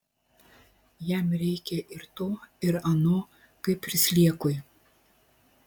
jam reikia ir to ir ano kaip ir sliekui